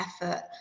effort